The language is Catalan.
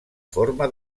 forma